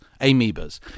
amoebas